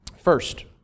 First